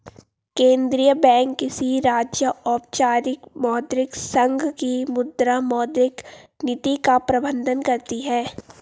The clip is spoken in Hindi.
केंद्रीय बैंक किसी राज्य, औपचारिक मौद्रिक संघ की मुद्रा, मौद्रिक नीति का प्रबन्धन करती है